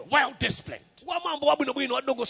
Well-disciplined